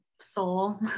soul